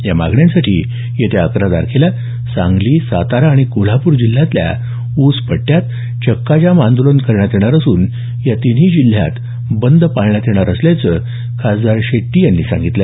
या मागण्यांसाठी येत्या अकरा तारखेला सांगली सातारा आणि कोल्हापूर जिल्ह्यातल्या ऊस पट्ट्यात चक्का जाम आंदोलन करण्यात येणार असून या तिन्ही जिल्ह्यात बंद पाळण्यात येणार असल्याचं खासदार शेट्टी यांनी यावेळी सांगितलं